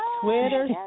Twitter